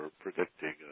predicting